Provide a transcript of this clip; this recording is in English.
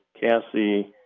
Cassie